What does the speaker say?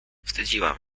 wstydziłam